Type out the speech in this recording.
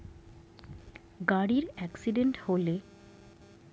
গাড়ির অ্যাকসিডেন্ট বা কোনো ক্ষতি হলে ব্যাংক থেকে নেওয়া ভেহিক্যাল ইন্সুরেন্স কাজে লাগে